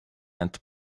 and